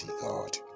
God